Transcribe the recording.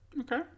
Okay